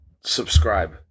subscribe